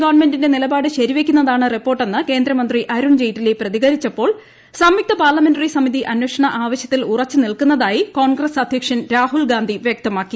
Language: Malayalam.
ഗവൺമെന്റിന്റെ നിലപാട് ശരിവയ്ക്കുന്നതാണ് റിപ്പോർട്ടെന്ന് കേന്ദ്രമന്ത്രി അരുൺ ജെയ്റ്റ്ലി പ്രതികരിച്ചപ്പോൾ സംയുക്ത പാർലമെന്ററി സമിതി അന്വേഷണ ആവശ്യത്തിൽ ഉറച്ചു നിൽക്കുന്നതായി കോൺഗ്രസ് അധൃക്ഷൻ രാഹുൽ ഗാന്ധി വ്യക്തമാക്കി